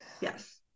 Yes